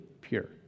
pure